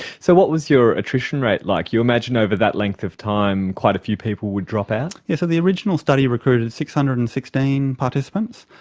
so what was your attrition rate like? you imagine over that length of time quite a few people would drop out. yeah so the original study recruited six hundred and sixteen participants,